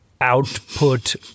output